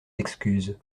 excuses